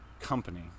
company